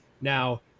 Now